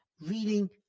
reading